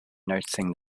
noticing